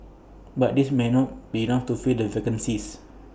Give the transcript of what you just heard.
but this may not be enough to fill the vacancies